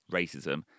racism